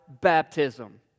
baptism